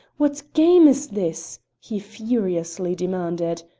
what game is this? he furiously demanded.